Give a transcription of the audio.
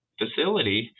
facility